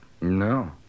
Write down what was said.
No